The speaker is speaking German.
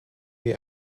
wir